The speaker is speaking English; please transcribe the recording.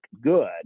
good